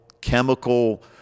chemical